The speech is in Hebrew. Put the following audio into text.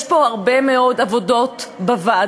יש פה הרבה מאוד עבודה בוועדות,